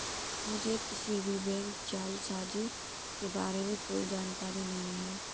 मुझें किसी भी बैंक जालसाजी के बारें में कोई जानकारी नहीं है